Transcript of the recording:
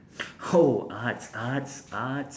oh arts arts arts